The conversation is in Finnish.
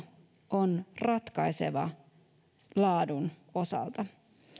on ratkaiseva laadun osalta